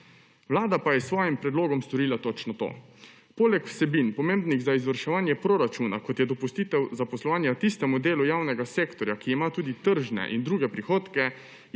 Vlada pa je s svojim predlogom storila točno to. Poleg vsebin, pomembnih za izvrševanje proračuna, kot je dopustitev zaposlovanja tistemu delu javnega sektorja, ki ima tudi tržne in druge prihodke,